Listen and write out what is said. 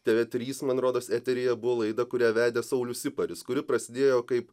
tv trys man rodos eteryje buvo laida kurią vedė saulius siparis kuri prasidėjo kaip